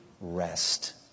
rest